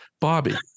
Bobby